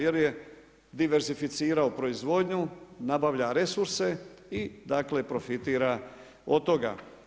Jer je diversificirao proizvodnju, nabavlja resurse i profitira od toga.